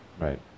Right